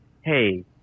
hey